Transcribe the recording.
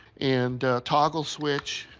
and a toggle switch.